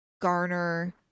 garner